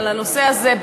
על הנושא הזה,